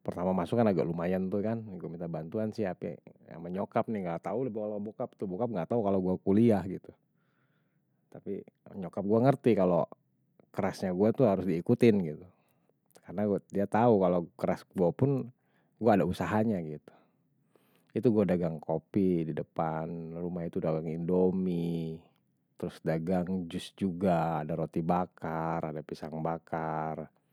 Pertama masuk kan agak lumayan tuh kan, gue minta bantuan si ape. ama menyokap nih, gak tahu kalau bokap tuh, bokap gak tahu kalau gue kuliah gitu. Tapi nyokap gue ngerti kalau kerasnya gue tuh harus diikutin gitu. Karena dia tahu kalau keras gue pun, gue ada usahanya gitu. Itu gue dagang kopi di depan, rumah itu dagang indomie, terus dagang jus juga, ada roti bakar, ada pisang bakar.